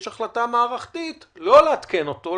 יש החלטה מערכתית לא לעדכן אותו,